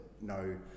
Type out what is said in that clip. no